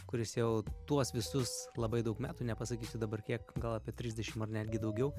kuris jau tuos visus labai daug metų nepasakysiu dabar kiek gal apie trisdešim ar netgi daugiau